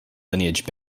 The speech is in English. lineage